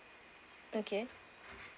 okay